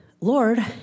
Lord